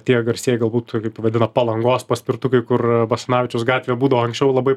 tie garsieji galbūt kaip vadina palangos paspirtukai kur basanavičiaus gatvėje būdavo anksčiau labai